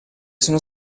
sono